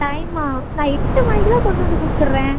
டைமாக நான் எட்டு மணிக்குலாம் கொண்டு வந்து கொடுத்துட்றேன்